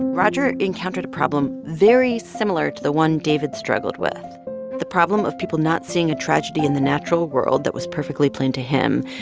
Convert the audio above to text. roger encountered a problem very similar to the one david struggled with the problem of people not seeing a tragedy in the natural world that was perfectly plain to him.